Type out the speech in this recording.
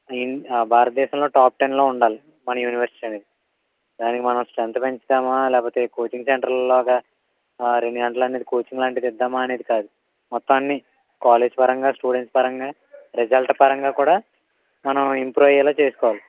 in భారతదేశంలో top టెన్లో ఉండాలి మన యూనివర్సిటీ అనేది దానికి మనం స్రెంగ్త్ పెంచుతామా లేకపోతే ఈ కోచింగ్ సెంటర్లాగా రెండు గంటలు అనేది కోచింగ్ లాంటిది ఇద్దామా అనేది కాదు మొత్తం అన్ని కాలేజ్ పరంగా స్టూడెంట్స్ పరంగా రిజల్ట్ పరంగా కూడా మనం ఇంప్రూవ్ అయ్యేలా చేసుకోవాలి